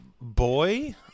boy